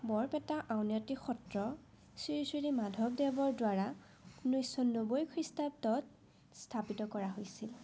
বৰপেটা আউনিআটী সত্ৰ শ্ৰী শ্ৰী মাধৱদেৱৰ দ্বাৰা ঊনৈছশ নব্বৈ খ্ৰীষ্টাব্দত স্থাপিত কৰা হৈছিল